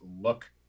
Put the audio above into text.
look